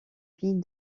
vie